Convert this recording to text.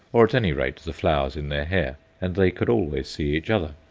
or at any rate the flowers in their hair, and they could always see each other.